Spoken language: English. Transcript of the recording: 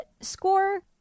score